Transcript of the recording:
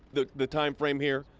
the the timeframe here?